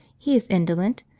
he is indolent,